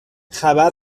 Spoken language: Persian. خبر